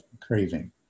craving